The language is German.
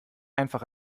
einfach